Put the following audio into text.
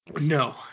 No